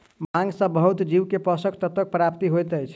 भांग सॅ बहुत जीव के पोषक तत्वक प्राप्ति होइत अछि